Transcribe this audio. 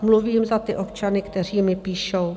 Mluvím za ty občany, kteří mi píšou.